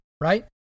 right